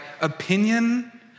opinion